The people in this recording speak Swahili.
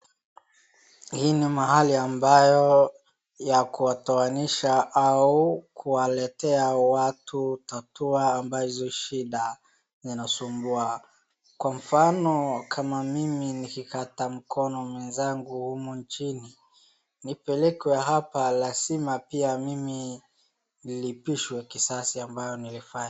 Hii ni mahali ambayo ya kuwatoanisha au kuwaletea watu tatua ambazo shida zinasumbua. Kwa mfano, kama mimi nikikata mkono mwenzangu humu nchini, nipelekwe hapa lazima pia mimi nilipishwe kisasi ambayo nilifanya.